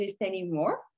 anymore